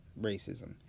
racism